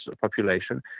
population